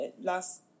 last